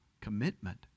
commitment